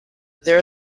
there